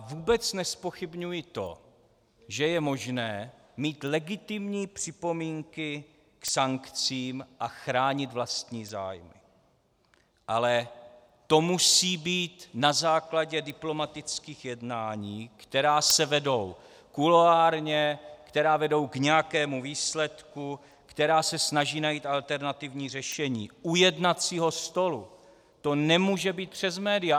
Vůbec nezpochybňuji to, že je možné mít legitimní připomínky k sankcím a chránit vlastní zájmy, ale to musí být na základě diplomatických jednání, která se vedou kuloárně, která vedou k nějakému výsledku, která se snaží najít alternativní řešení u jednacího stolu, to nemůže být přes média.